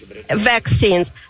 vaccines